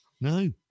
no